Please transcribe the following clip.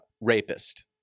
rapist